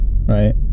right